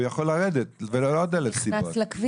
הוא יכול לרדת --- אבל אז הוא נכנס לכביש,